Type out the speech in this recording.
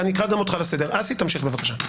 אסי, תמשיך בבקשה.